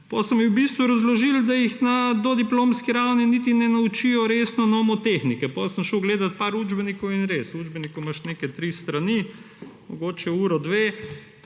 Potem so mi v bistvu razložili, da jih na dodiplomski ravni niti ne naučijo resno nomotehnike. Potem sem šel gledat nekaj učbenikov in res, učbenikov imaš neke tri strani, mogoče uro, dve.